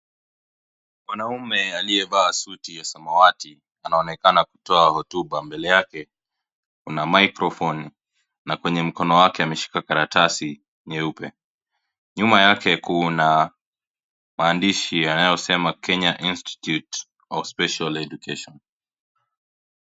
Mwanaume aliyevaa suti ya zamawati anaonekana kutoa hotuba, mbele yake kuna microphone na kwenye mkono wake ameshika karatasi nyeupe, nyuma yake kuna maandishi yanayosema Kenya Institute of Special Education .